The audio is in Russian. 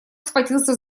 схватился